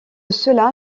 cela